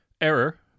Error